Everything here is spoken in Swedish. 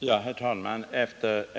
Herr talman!